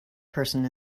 person